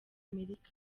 amerika